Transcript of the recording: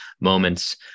moments